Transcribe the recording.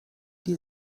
die